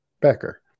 Becker